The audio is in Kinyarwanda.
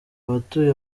abatuye